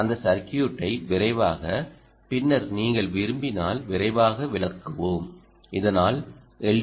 எனவே அந்த சர்க்யூட்டை விரைவாக பின்னர் நீங்கள் விரும்பினால் விரைவாக விளக்குவோம் இதனால் எல்